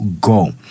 go